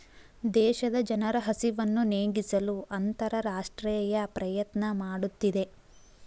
ದೇಶದ ಜನರ ಹಸಿವನ್ನು ನೇಗಿಸಲು ಅಂತರರಾಷ್ಟ್ರೇಯ ಪ್ರಯತ್ನ ಮಾಡುತ್ತಿದೆ